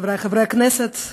חבריי חברי הכנסת,